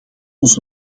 ons